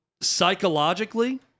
psychologically